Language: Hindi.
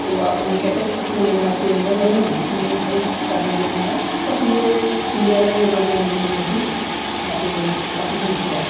तो आप कैसेट क्यों नहीं बनाते हम कहे नहीं भई नहीं भाई पढ़ना लिखना है बस यह एन्ज़ॉयमेन्ट के तौर पर मैंने जोकि यहाँ पर पार्टीशन्स किया है